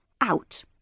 Out